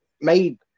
made